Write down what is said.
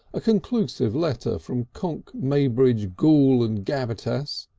a conclusive letter from konk, maybrick, ghool and gabbitas,